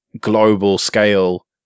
global-scale